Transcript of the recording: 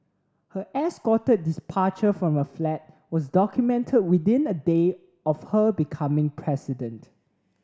her escorted departure from her flat was documented within a day of her becoming president